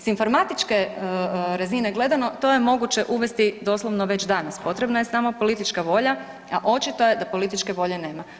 S informatičke razine gledano to je moguće uvesti doslovno već danas, potrebna je samo politička volja, a očito je da političke volje nema.